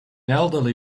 elderly